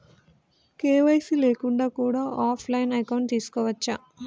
KYC లేకుండా కూడా offline account తీసుకోవచ్చా?